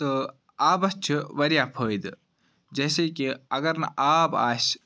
تہٕ آبَس چھِ واریاہ فٲیدٕ جیسے کہِ اَگر نہٕ آب آسہِ